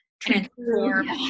transform